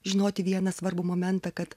žinoti vieną svarbų momentą kad